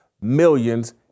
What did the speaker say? millions